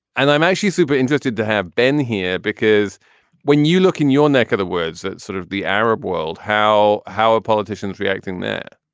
and i'm actually super interested to have been here, because when you look in your neck of the woods, it's sort of the arab world how how a politician is reacting that,